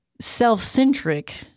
self-centric